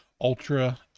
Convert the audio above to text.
Ultra